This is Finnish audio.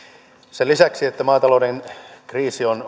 sen lisäksi että maatalouden kriisi on